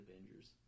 Avengers